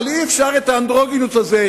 אבל אי-אפשר את האנדרוגינוס הזה,